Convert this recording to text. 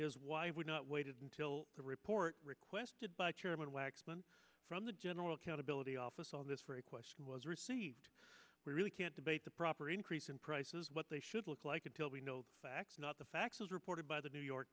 is why i would not wait until the report requested by chairman waxman from the general accountability office on this very question was received we really can't debate the proper increase in prices what they should look like until we know the facts not the facts as reported by the new york